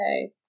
Okay